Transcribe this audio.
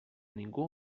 ningú